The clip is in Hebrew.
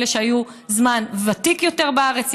אלה שהיו זמן רב יותר בארץ,